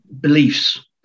beliefs